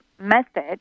method